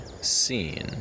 seen